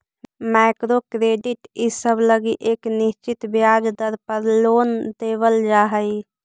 micro credit इसब लगी एक निश्चित ब्याज दर पर लोन देवल जा हई